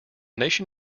nation